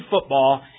football